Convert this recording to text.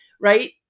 right